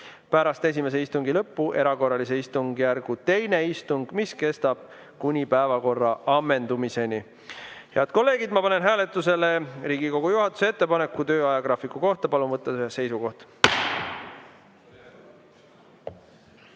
pärast esimese istungi lõppu erakorralise istungjärgu teine istung, mis kestab kuni päevakorra ammendumiseni. Head kolleegid, ma panen hääletusele Riigikogu juhatuse ettepaneku töö ajagraafiku kohta. Palun võtta seisukoht!